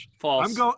False